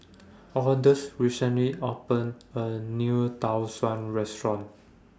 Odus recently opened A New Tau Suan Restaurant